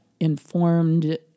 informed